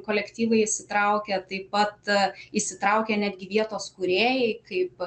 kolektyvai įsitraukia taip pat įsitraukia netgi vietos kūrėjai kaip